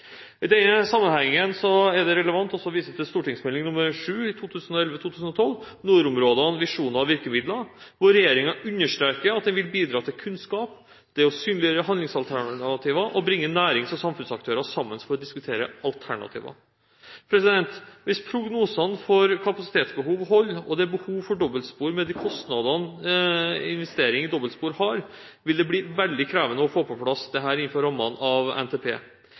I denne sammenhengen er det relevant også å vise til Meld. St. 7 for 2011–2012, Nordområdene – visjon og virkemidler, hvor regjeringen understreker at den vil bidra til kunnskap, til å synliggjøre handlingsalternativer og bringe nærings- og samfunnsaktører sammen for å diskutere alternativer. Hvis prognosene for kapasitetsbehov holder, og det er behov for dobbeltspor, med de kostnadene investering i dobbeltspor har, vil det bli veldig krevende å få på plass dette innenfor rammene av NTP.